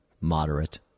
moderate